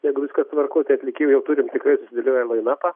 jeigu viskas tvarkoj tai atlikėjų jau turim tikrai susidėliojom lainapą